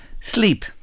sleep